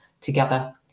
together